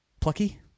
plucky